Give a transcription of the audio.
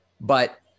but-